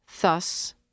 thus